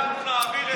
להעביר.